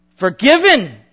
Forgiven